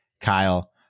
Kyle